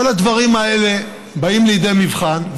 כל הדברים האלה באים לידי מבחן,